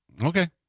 Okay